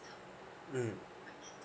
mm